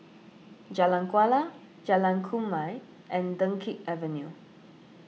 Jalan Kuala Jalan Kumia and Dunkirk Avenue